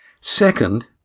Second